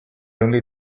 only